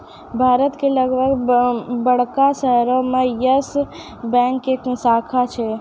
भारत के लगभग बड़का शहरो मे यस बैंक के शाखा छै